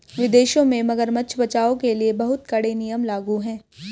विदेशों में मगरमच्छ बचाओ के लिए बहुत कड़े नियम लागू हैं